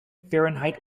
fahrenheit